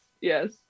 yes